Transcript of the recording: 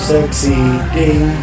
Succeeding